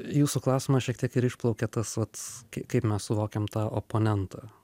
jūsų klausimas šiek tiek ir išplaukia tas vat kaip kaip mes suvokiam tą oponentą